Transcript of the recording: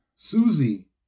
Susie